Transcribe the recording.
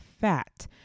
fat